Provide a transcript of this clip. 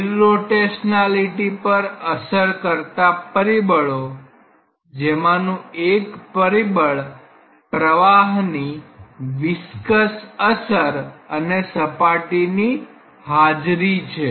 irrotationality પર અસર કરતાં પરિબળો જેમાનું એક પરિબળ પ્રવાહની વિસ્કસ અસર સપાટીની હાજરી છે